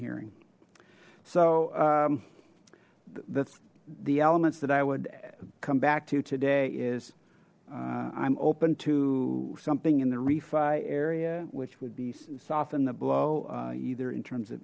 hearing so that's the elements that i would come back to today is i'm open to something in the refi area which would be soften the blow either in terms of